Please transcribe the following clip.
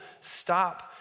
stop